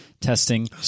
testing